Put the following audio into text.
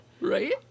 right